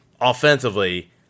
offensively